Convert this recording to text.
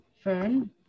Fern